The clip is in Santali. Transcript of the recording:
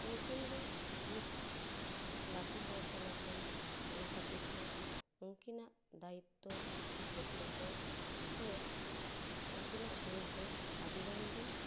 ᱩᱱᱠᱤᱱ ᱫᱚ ᱡᱮ ᱞᱟᱹᱴᱩ ᱱᱦᱚᱲ ᱠᱟᱱᱟ ᱠᱤᱱ ᱚᱱᱟ ᱠᱷᱟᱹᱛᱤᱨ ᱛᱮ ᱩᱱᱠᱤᱱᱟᱜ ᱫᱟᱹᱭᱤᱛᱛᱚ ᱠᱚᱨᱛᱚᱵᱽᱵᱚ ᱥᱮ ᱩᱱᱠᱤᱱᱟᱜ ᱫᱷᱚᱨᱡᱳ ᱟᱹᱰᱤ ᱜᱟᱱ ᱜᱮ